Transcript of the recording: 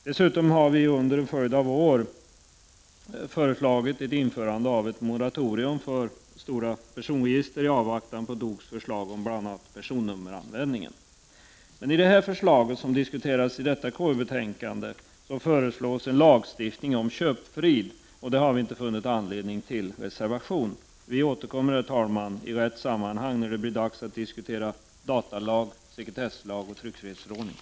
Dessutom har vi under en följd av år föreslagit införande av ett moratorium för stora personregister i avvaktan på DOK:s förslag om bl.a. personnummeranvändningen. I det förslag som nu diskuteras i detta KU-betänkande föreslås en lagstiftning om köpfrid. Där har vi inte funnit anledning att reservera oss. Herr talman! Vi återkommer i rätt sammanhang, när det blir dags att diskutera datalagen, sekretesslagen och tryckfrihetsförordningen.